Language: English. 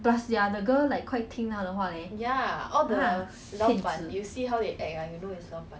plus ya the girl like quite 听到她的话 leh